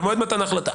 במועד מתן החלטה.